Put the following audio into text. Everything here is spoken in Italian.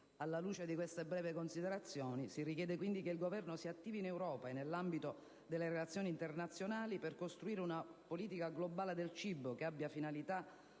Alla luce di queste brevi osservazioni, si richiede, quindi, che il Governo si attivi in Europa e nell'ambito delle relazioni internazionali per costruire una politica globale del cibo, che abbia finalità